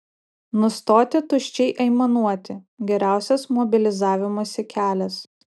nustoti tuščiai aimanuoti geriausias mobilizavimosi kelias